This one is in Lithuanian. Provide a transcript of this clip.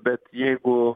bet jeigu